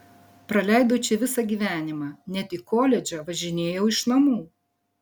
praleidau čia visą gyvenimą net į koledžą važinėjau iš namų